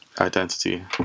Identity